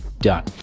Done